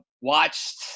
watched